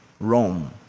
rome